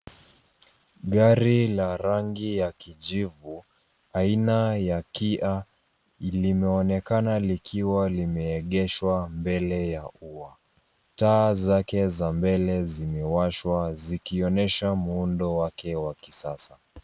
Gari la rangi ya kijivu aina ya Kia, limeonekana likiwa limeegeshwa mbele ya ua. Taa zake za mbele zimewashwa zikionyesha muundo wake wa kisasa.